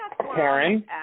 Karen